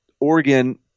Oregon